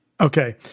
Okay